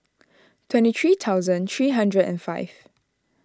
twenty three thousand three hundred and five